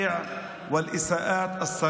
למהר להאשים בבגידה ולמהר לפגוע,